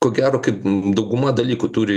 ko gero kaip dauguma dalykų turi